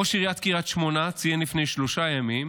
ראש עיריית קריית שמונה ציין לפני שלושה ימים